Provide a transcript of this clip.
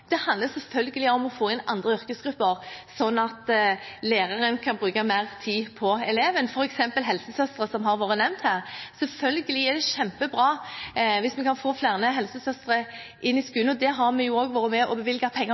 selvfølgelig om å få inn andre yrkesgrupper, sånn at læreren kan bruke mer tid på eleven, f.eks. helsesøstre, som har vært nevnt her. Selvfølgelig er det kjempebra hvis vi kan få flere helsesøstre inn i skolen, og det har vi også vært med og bevilget penger